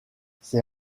ces